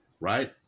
Right